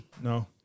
No